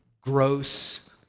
gross